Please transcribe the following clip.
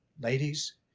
Ladies